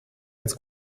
als